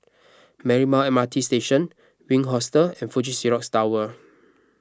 Marymount M R T Station Wink Hostel and Fuji Xerox Tower